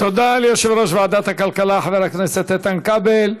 ליושב-ראש ועדת הכלכלה, חבר הכנסת איתן כבל.